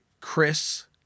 Chris